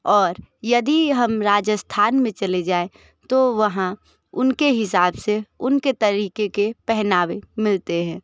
और यदि हम राजस्थान में चले जाएँ तो वहाँ उनके हिसाब से उनके तरीके के पहनावे मिलते हैं